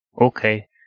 Okay